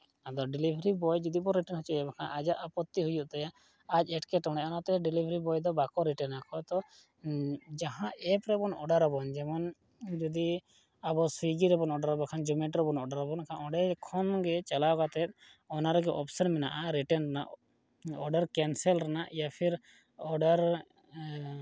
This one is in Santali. ᱟᱫᱚ ᱰᱮᱞᱤᱵᱷᱟᱹᱨᱤ ᱵᱚᱭ ᱡᱩᱫᱤ ᱵᱚᱱ ᱨᱤᱴᱟᱨᱱ ᱦᱚᱪᱚᱭᱮᱭᱟ ᱵᱟᱠᱷᱟᱱ ᱟᱡᱟᱜ ᱟᱯᱚᱛᱛᱤ ᱦᱩᱭᱩᱜ ᱛᱟᱭᱟ ᱟᱡ ᱮᱸᱴᱠᱮᱴᱚᱬᱮᱜᱼᱟ ᱚᱱᱟᱛᱮ ᱰᱮᱞᱤᱵᱷᱟᱹᱨᱤ ᱵᱚᱭ ᱫᱚ ᱵᱟᱠᱚ ᱨᱤᱴᱟᱨᱱᱟ ᱛᱚ ᱡᱟᱦᱟᱸ ᱮᱯ ᱨᱮᱵᱚᱱ ᱚᱰᱟᱨ ᱟᱵᱚᱱ ᱡᱮᱢᱚᱱ ᱡᱩᱫᱤ ᱟᱵᱚ ᱥᱩᱭᱜᱤ ᱨᱮᱵᱚᱱ ᱚᱰᱟᱨ ᱟᱵᱚᱱ ᱵᱟᱠᱷᱟᱱ ᱡᱚᱢᱮᱴᱳ ᱨᱮᱵᱚᱱ ᱚᱰᱟᱨ ᱟᱵᱚᱱ ᱠᱷᱟᱱ ᱚᱸᱰᱮ ᱠᱷᱚᱱ ᱜᱮ ᱪᱟᱞᱟᱣ ᱠᱟᱛᱮᱫ ᱚᱱᱟ ᱨᱮᱜᱮ ᱚᱯᱥᱮᱱ ᱢᱮᱱᱟᱜᱼᱟ ᱨᱤᱴᱟᱨᱱ ᱨᱮᱱᱟᱜ ᱚᱰᱟᱨ ᱠᱮᱱᱥᱮᱞ ᱨᱮᱭᱟᱜ ᱤᱭᱟ ᱯᱷᱤᱨ ᱚᱰᱟᱨ